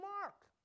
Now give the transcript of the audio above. mark